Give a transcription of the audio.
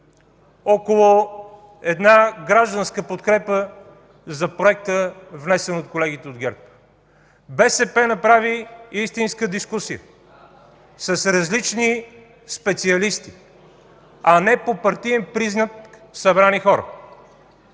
около една гражданска подкрепа за проекта, внесен от колегите от ГЕРБ. БСП направи истинска дискусия с различни специалисти, а не по партиен признак събрани хора,